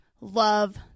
love